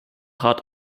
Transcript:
rat